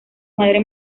madre